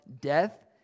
death